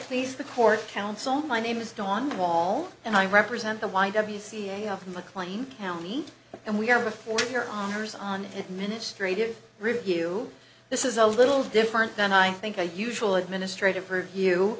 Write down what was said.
please the court counsel my name is dawn wall and i represent the y w c a of mclean county and we are before your honor's on administratively review this is a little different than i think i usual administrative review